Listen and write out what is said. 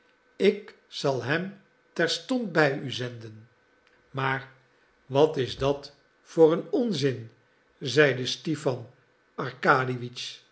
ik zal hem terstond bij u zenden maar wat is dat voor een onzin zeide stipan arkadiewitsch